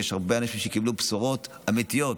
ויש הרבה אנשים שקיבלו בשורות אמיתיות,